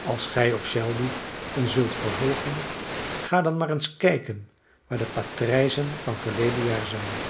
als gij of shelby ons wilt vervolgen ga dan maar eens kijken waar de patrijzen van verleden jaar zijn